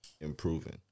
improving